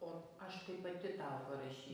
o aš tai pati tą parašy